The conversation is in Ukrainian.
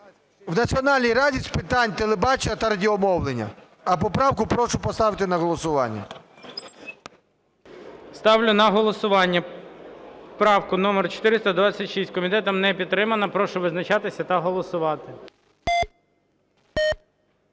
в Національній раді з питань телебачення і радіомовлення. А поправку прошу поставити на голосування. ГОЛОВУЮЧИЙ. Ставлю на голосування правку номер 426. Комітетом не підтримана. Прошу визначатися та голосувати.